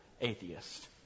atheist